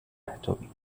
اتمی